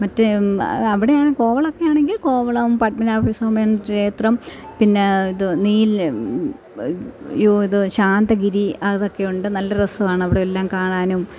മറ്റേ അവിടെയാണ് കോവളം ഒക്കെ ആണെങ്കിൽ കോവളം പത്മനാഭസ്വാമി ക്ഷേത്രം പിന്നെ ഇത് ഇത് ശാന്തഗിരി അതൊക്കെയുണ്ട് നല്ല രസമാണ് അവിടയെല്ലാം കാണാനും